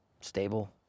stable